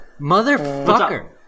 Motherfucker